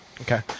Okay